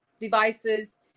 devices